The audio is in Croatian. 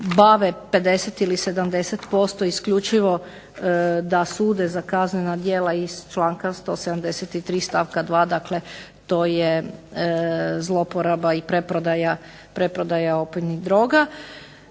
bave 50 ili 70% isključivo da sude za kaznena djela iz članka 173. stavka 2., dakle to je zloporaba i preprodaja opojnih droga.